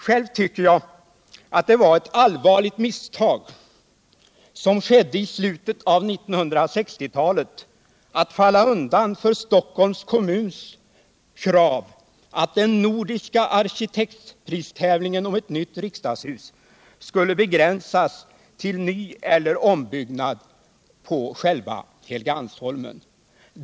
Själv tycker jag att det var ett allvarligt misstag som skedde i slutet av 1960-talet att falla undan för Stockholms kommuns krav att den nordiska arkitekttävlingen om ett nytt riksdagshus skulle begränsas till ny eller ombyggnad på själva Helgeandsholmen.